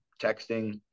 texting